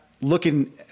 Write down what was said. looking